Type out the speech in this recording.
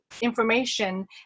information